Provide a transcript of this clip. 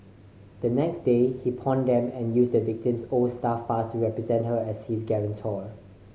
the next day he pawned them and used the victim's old staff pass to represent her as his guarantor